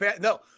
no